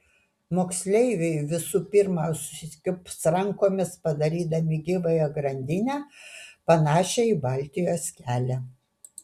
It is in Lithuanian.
moksleiviai visų pirma susikibs rankomis padarydami gyvąją grandinę panašią į baltijos kelią